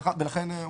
שכר הוא